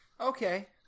Okay